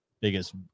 biggest